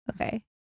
Okay